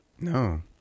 No